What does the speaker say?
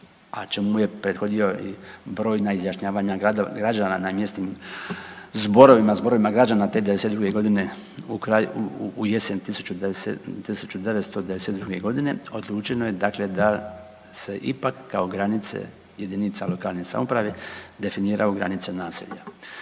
a čemu je prethodio i brojna izjašnjavanja građana na mjesnim zborovima, zborovima građana te '92.g., u jesen 1992.g., odlučeno je dakle da se ipak kao granice JLS definiraju granice naselja.